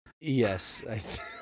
Yes